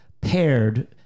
paired